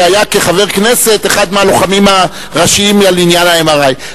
שכחבר כנסת היה אחד מהלוחמים הראשיים בעניין ה-MRI.